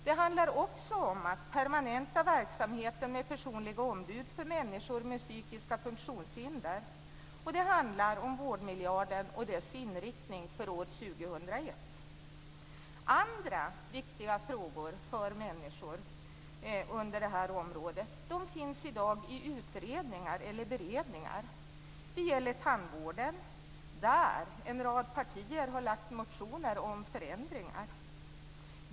Det handlar också om att permanenta verksamheten med personliga ombud för människor med psykiska funktionshinder, och det handlar om vårdmiljarden och dess inriktning för år Andra frågor under det här området som är viktiga för människor finns i dag i utredningar eller beredningar. Det gäller tandvården, där en rad partier har väckt motioner om förändringar.